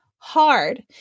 Hard